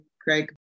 Craig